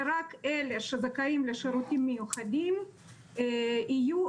ורק אלה שזכאים לשירותים מיוחדים יוכלו